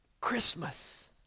Christmas